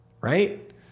Right